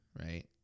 right